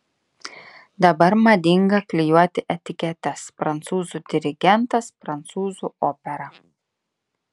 dabar madinga klijuoti etiketes prancūzų dirigentas prancūzų opera